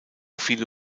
viele